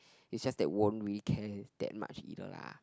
is just that won't really care that much either lah